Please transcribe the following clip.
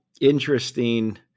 interesting